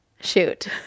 shoot